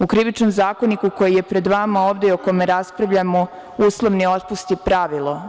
U Krivičnom zakoniku koji je pred vama ovde i o kome raspravljamo, uslovni otpust je pravilo.